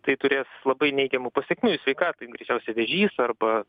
tai turės labai neigiamų pasekmių ir sveikatai greičiausiai vėžys arba